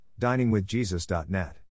diningwithjesus.net